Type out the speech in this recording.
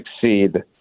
succeed